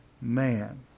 man